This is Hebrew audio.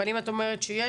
אבל אם את אומרת שיש,